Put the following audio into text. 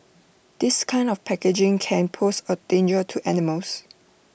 this kind of packaging can pose A danger to animals